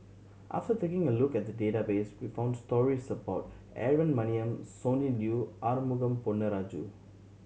after taking a look at the database we found stories about Aaron Maniam Sonny Liew Arumugam Ponnu Rajah